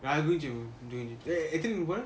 why would you do if you work